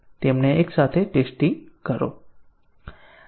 તેમને એકસાથે ટેસ્ટીંગ કરો